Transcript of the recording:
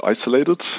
isolated